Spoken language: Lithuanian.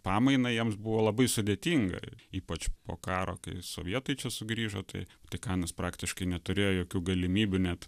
pamainą jiems buvo labai sudėtinga ypač po karo kai sovietai čia sugrįžo tai vatikanas praktiškai neturėjo jokių galimybių net